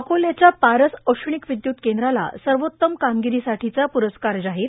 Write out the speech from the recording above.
अकोल्याच्या पारस औरिष्णक विद्युत केंद्राला सर्वोत्तम कामगिरीसाठीचा पुरस्कार जाहीर